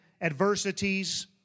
adversities